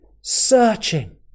searching